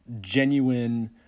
genuine